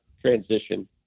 transition